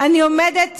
אני עומדת